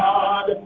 God